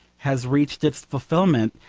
has reached its fulfilment,